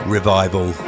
Revival